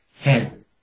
Head